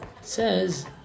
says